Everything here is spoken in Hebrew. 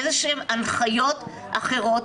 איזה שהן הנחיות אחרות.